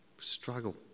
Struggle